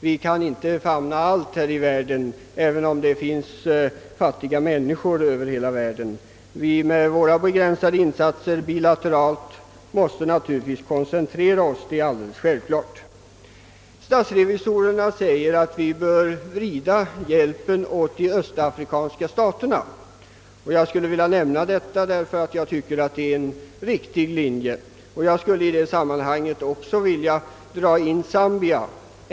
Vi kan inte famna allt här i världen, även om det finns fattiga människor på många håll. Med våra begränsade insatser bilateralt måste vi koncentrera oss. Det är alldeles självklart. Statsrevisorerna säger att vi bör vrida hjälpen åt de östafrikanska staterna. Jag skulle vilja erinra om detta, därför att jag tycker att det är en riktig linje. I detta sammanhang skulle jag också vilja få med Zambia.